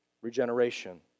Regeneration